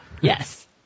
Yes